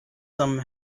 some